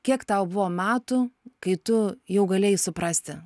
kiek tau buvo metų kai tu jau galėjai suprasti